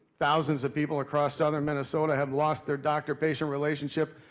thousands of people across southern minnesota have lost their doctor patient relationship,